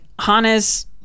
Hannes